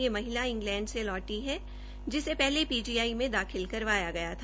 ये महिला इंग्लैंड से लौटी है जिसे पहले पीजीआई में दाखिल करवाया गया था